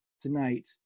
tonight